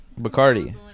Bacardi